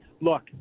look